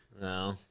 No